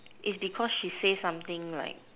is because she say something like